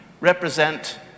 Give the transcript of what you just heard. represent